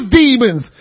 demons